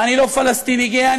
אני לא פלסטיני גאה,